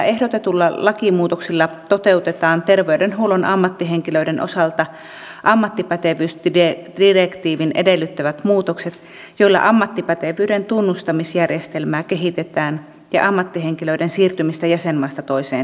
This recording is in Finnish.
ehdotetuilla lakimuutoksilla toteutetaan terveydenhuollon ammattihenkilöiden osalta ammattipätevyysdirektiivin edellyttämät muutokset joilla ammattipätevyyden tunnustamisjärjestelmää kehitetään ja ammattihenkilöiden siirtymistä jäsenmaasta toiseen helpotetaan